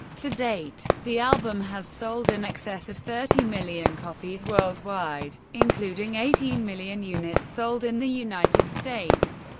to date, the album has sold in excess of thirty million copies worldwide, including eighteen million units sold in the united states,